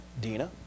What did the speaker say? Dina